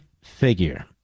figure